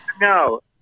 No